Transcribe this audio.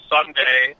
Sunday